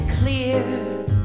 clear